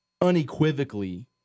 unequivocally